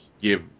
give